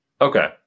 Okay